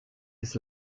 his